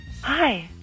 Hi